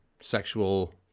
sexual